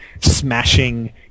smashing